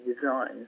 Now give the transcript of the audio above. design